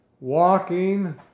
walking